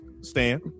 Stan